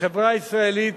החברה הישראלית,